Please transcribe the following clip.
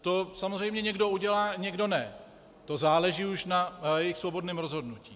To samozřejmě někdo udělá a někdo ne, to záleží už na jejich svobodném rozhodnutí.